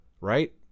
right